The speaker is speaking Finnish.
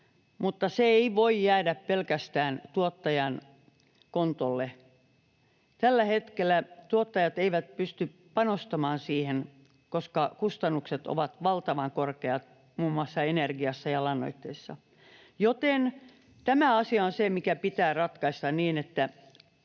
mutta se ei voi jäädä pelkästään tuottajan kontolle. Tällä hetkellä tuottajat eivät pysty panostamaan siihen, koska kustannukset ovat valtavan korkeat muun muassa energiassa ja lannoitteissa, joten tämä asia on se, mikä pitää ratkaista niin, että